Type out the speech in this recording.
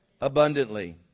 abundantly